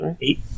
Eight